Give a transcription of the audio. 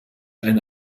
eine